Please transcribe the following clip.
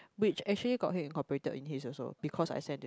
which actually got head and corporated in his also because I send to him